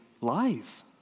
lies